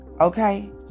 okay